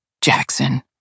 Jackson